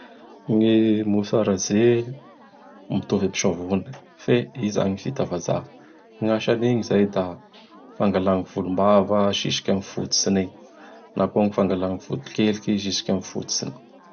Gny mousse à raser mitovy am savony, fe i izany vita zavaha. Gn' asan'igny izany; da fangala gny volombava zisky am fototsiny egny na koa ñy fangala ny volok'eliky zisky am fototsiny.